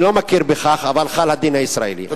אני לא מכיר בכך, אבל חל הדין הישראלי.